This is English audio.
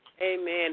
Amen